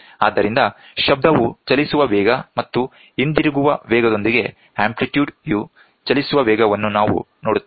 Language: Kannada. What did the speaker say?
ಆದ್ದರಿಂದ ಶಬ್ದವು ಚಲಿಸುವ ವೇಗ ಮತ್ತು ಹಿಂದಿರುಗುವ ವೇಗದೊಂದಿಗೆ ಆಂಪ್ಲಿಟ್ಯೂಡ್ ಯು ಚಲಿಸುವ ವೇಗವನ್ನು ನಾವು ನೋಡುತ್ತೇವೆ